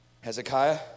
Hezekiah